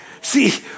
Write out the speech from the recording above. See